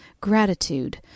gratitude